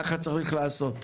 ככה צריך לעשות.